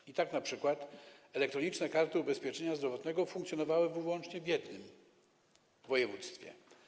I tak np. elektroniczne karty ubezpieczenia zdrowotnego funkcjonowały wyłącznie w jednym województwie.